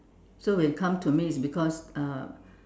so when come to me it's because uh